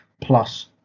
plus